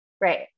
Right